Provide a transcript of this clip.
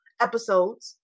episodes